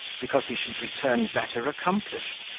because he should return better accomplished,